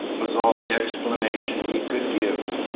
was all the explanation he could give.